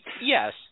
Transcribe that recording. yes